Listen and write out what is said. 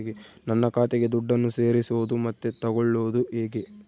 ನನ್ನ ಖಾತೆಗೆ ದುಡ್ಡನ್ನು ಸೇರಿಸೋದು ಮತ್ತೆ ತಗೊಳ್ಳೋದು ಹೇಗೆ?